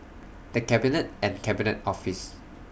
The Cabinet and Cabinet Office